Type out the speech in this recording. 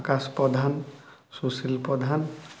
Akash Pradhan Sushil Pradhan